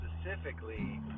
specifically